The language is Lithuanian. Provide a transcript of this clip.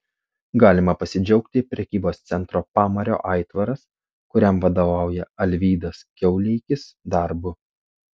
galima pasidžiaugti prekybos centro pamario aitvaras kuriam vadovauja alvydas kiauleikis darbu